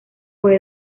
fue